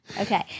Okay